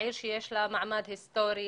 העיר שיש לה מעמד היסטורי,